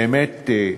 באמת,